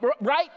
Right